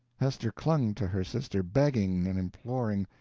hester clung to her sister, begging and imploring.